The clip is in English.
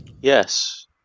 Yes